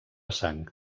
sang